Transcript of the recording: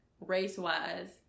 race-wise